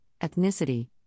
ethnicity